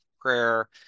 prayer